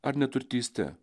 ar neturintyste